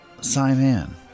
Simon